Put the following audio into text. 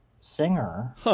singer